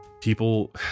People